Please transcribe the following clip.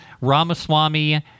Ramaswamy